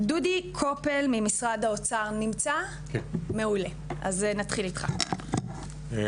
דודי קופל ממשרד האוצר, אז נתחיל איתך, בבקשה.